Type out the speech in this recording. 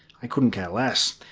i couldn't care less.